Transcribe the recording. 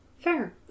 Fair